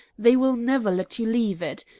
they will never let you leave it.